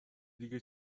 دیگه